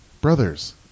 brothers